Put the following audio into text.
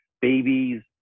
babies